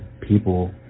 people